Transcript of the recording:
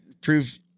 prove